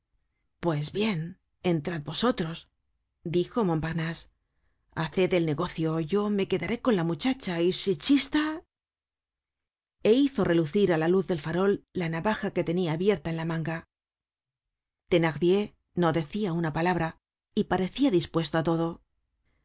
pues bien entrad vosotros dijo montparnase haced el negocio yo me quedaré con la muchacha y si chista é hizo relucir á la luz del farol la navaja que tenia abierta en la manga thenardier no decia una palabra y paree ja dispuesto á todo